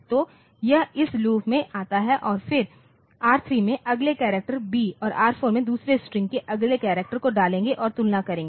तो यह इस लूप में आता है और यह फिर R3 में अगले करैक्टर B और R4 में दूसरे स्ट्रिंग के अगले करैक्टर को डालेगा और तुलना करेगा